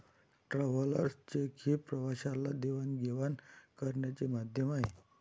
travellers cheque हे प्रवाशाला देवाणघेवाण करण्याचे माध्यम आहे